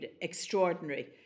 extraordinary